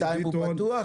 פתוח?